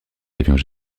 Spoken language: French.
avions